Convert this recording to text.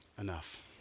enough